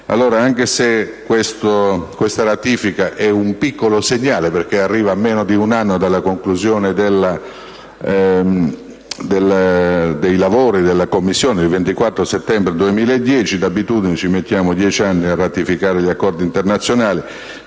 anche se questa ratifica è un piccolo segnale, perché arriva a meno di un anno dalla conclusione dei lavori della Commissione, il 24 settembre 2010, e di abitudine impieghiamo 10 anni a ratificare gli accordi internazionali,